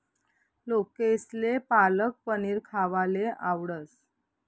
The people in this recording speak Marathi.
लोकेसले पालक पनीर खावाले आवडस